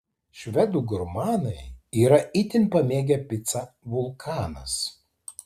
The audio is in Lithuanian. švedų gurmanai yra itin pamėgę picą vulkanas